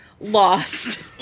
lost